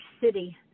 city